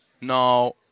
now